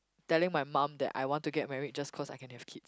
telling my mum that I want to get married just cause I can have kid